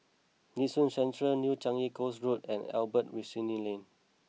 Nee Soon Central New Changi Coast Road and Albert Winsemius Lane